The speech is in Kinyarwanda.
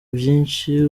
byinshi